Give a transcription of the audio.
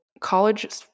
college